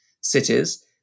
cities